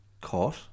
caught